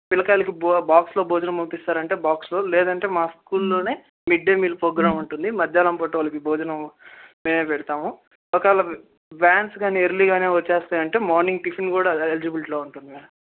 పిల్లకాయలకి బాక్స్లో భోజనం పంపిస్తారంటే బాక్స్లో లేదంటే మా స్కూల్లోనే మిడ్డే మీల్ ఫోగ్రామ్ ఉంటుంది మధ్యాహ్నం పూట వాళ్ళకి భోజనం మేమే పెడతాము ఒకవేళ వ్యాన్స్ కానీ ఎర్లీగానే వచ్చేస్తాయి అంటే మార్నింగ్ టిఫిన్ కూడా ఎలిజిబిలిటీలో ఉంటుంది మ్యామ్